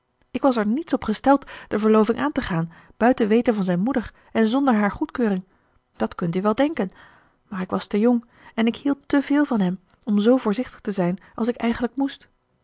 ik was er niets op gesteld de verloving aan te gaan buiten weten van zijn moeder en zonder haar goedkeuring dat kunt u wel denken maar ik was te jong en ik hield te veel van hem om zoo voorzichtig te zijn als ik eigenlijk moest